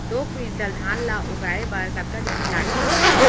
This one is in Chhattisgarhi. दो क्विंटल धान ला उगाए बर कतका जमीन लागही?